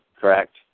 correct